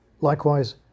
Likewise